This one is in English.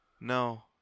no